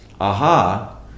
aha